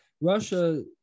russia